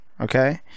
okay